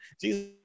Jesus